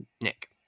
nick